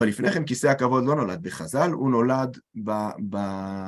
אבל לפני כן כיסא הכבוד לא נולד בחז"ל, הוא נולד ב... ב....